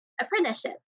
apprenticeship